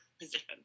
position